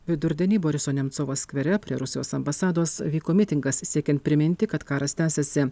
vidurdienį boriso nemcovo skvere prie rusijos ambasados vyko mitingas siekiant priminti kad karas tęsiasi